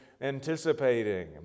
anticipating